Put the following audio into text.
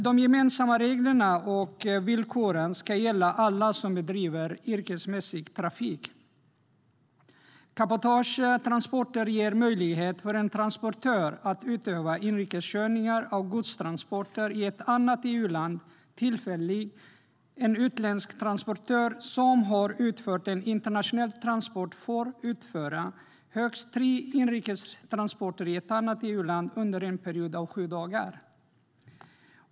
De gemensamma reglerna och villkoren ska gälla alla som bedriver yrkesmässig trafik. Cabotagetransporter ger möjlighet för en transportör att tillfälligt utöva inrikeskörningar av godstransporter i ett annat EU-land. En utländsk transportör som har utfört en internationell godstransport får utföra högst tre inrikestransporter i ett annat EU-land under en period av sju dagar.